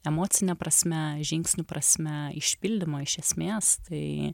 emocine prasme žingsnių prasme išpildymo iš esmės tai